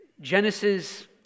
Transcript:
Genesis